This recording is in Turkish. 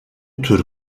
tür